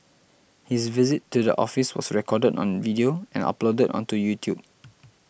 his visit to the office was recorded on video and uploaded onto YouTube